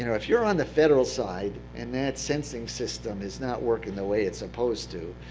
you know if you're on the federal side, and that sensing system is not working the way it's supposed to,